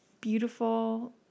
beautiful